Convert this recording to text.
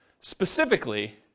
specifically